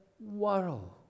world